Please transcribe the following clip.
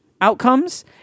outcomes